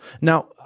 Now